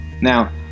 now